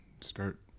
start